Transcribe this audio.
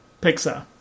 Pixar